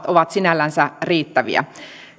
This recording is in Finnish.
ovat sinällänsä riittäviä